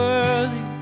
early